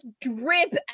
drip